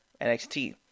NXT